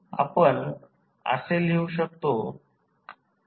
आपण काय लिहू शकतो